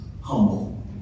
humble